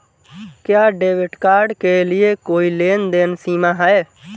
क्या debit card के लिए कोई लेनदेन सीमा है?